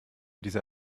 dieser